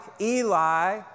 Eli